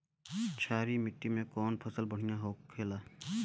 क्षारीय मिट्टी में कौन फसल बढ़ियां हो खेला?